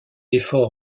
efforts